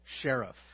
sheriff